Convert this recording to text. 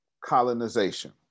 colonization